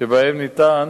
שבהם ניתן